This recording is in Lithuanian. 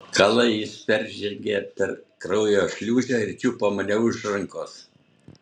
kala jis peržengė per kraujo šliūžę ir čiupo mane už rankos